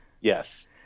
Yes